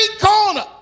corner